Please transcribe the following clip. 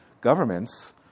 governments